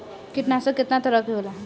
कीटनाशक केतना तरह के होला?